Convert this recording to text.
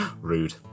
Rude